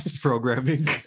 programming